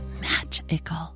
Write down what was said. magical